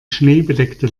schneebedeckte